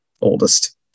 oldest